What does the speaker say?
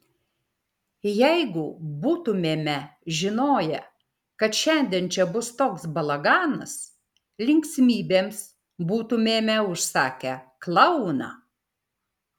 jeigu būtumėme žinoję kad šiandien čia bus toks balaganas linksmybėms būtumėme užsakę klouną